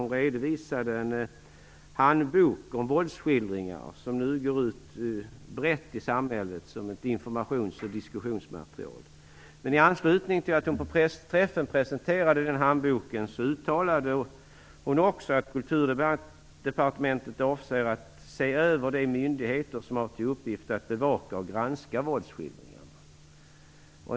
Hon redovisade då en handbok om våldsskildringar som nu går ut till breda lager i samhället som ett informations och diskussionsmaterial. I anslutning till att hon på pressträffen presenterade handboken sade hon också att Kulturdepartementet avser att se över de myndigheter som har till uppgift att bevaka och granska våldsskildringarna.